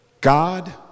God